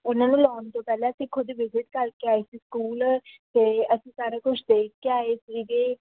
ਉਹਨਾਂ ਨੂੰ ਲਾਉਣ ਤੋਂ ਪਹਿਲਾਂ ਅਸੀਂ ਖੁਦ ਵਿਜਿਟ ਕਰਕੇ ਆਏ ਸੀ ਸਕੂਲ ਅਤੇ ਅਸੀਂ ਸਾਰਾ ਕੁਛ ਦੇਖ ਕੇ ਆਏ ਸੀਗੇ